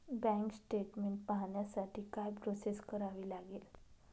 Bank statement पाहण्यासाठी काय process करावी लागेल?